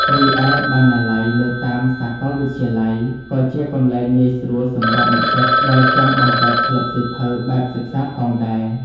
រីឯបណ្ណាល័យនៅតាមសាកលវិទ្យាល័យ ក៏ជាកន្លែងងាយស្រួលសម្រាប់និស្សិតដែលចង់បង្កើតក្លឹបសៀវភៅបែបសិក្សាផងដែរ។